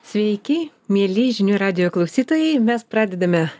sveiki mieli žinių radijo klausytojai mes pradedame